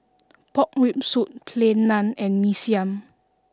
pork rib soup plain naan and mee siam